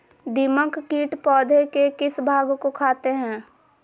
दीमक किट पौधे के किस भाग को खाते हैं?